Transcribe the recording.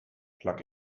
plug